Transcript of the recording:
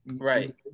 Right